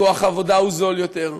כוח העבודה זול יותר,